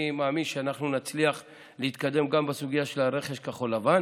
אני מאמין שאנחנו נצליח להתקדם גם בסוגיה של רכש גומלין.